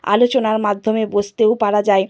আলোচনার মাধ্যমে বুঝতেও পারা যায়